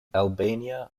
albania